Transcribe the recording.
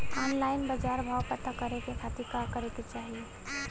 Online बाजार भाव पता करे के खाती का करे के चाही?